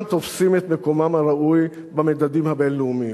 תופסים את מקומם הראוי במדדים הבין-לאומיים.